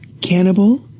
Cannibal